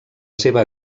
seva